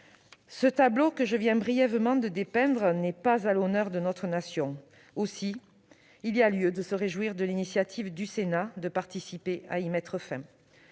Ce tableau, que je viens brièvement de dépeindre, n'est pas à l'honneur de notre nation. Aussi, il y a lieu de se réjouir de l'initiative du Sénat qui vise à y mettre fin.